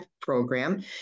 program